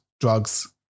drugs